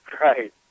Right